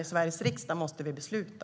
I Sveriges riksdag måste vi besluta.